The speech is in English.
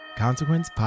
Consequence